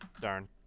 Darn